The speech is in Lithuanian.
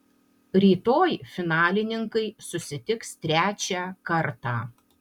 rytoj finalininkai susitiks trečią kartą